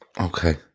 Okay